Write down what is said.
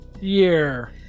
year